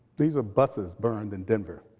these are buses burned in denver.